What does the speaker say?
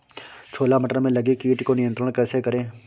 छोला मटर में लगे कीट को नियंत्रण कैसे करें?